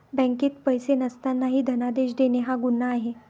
बँकेत पैसे नसतानाही धनादेश देणे हा गुन्हा आहे